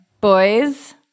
boys